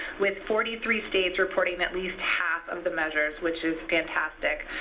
with forty three states reporting at least half of the measures, which is fantastic.